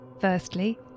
Firstly